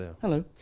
hello